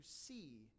see